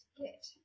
Get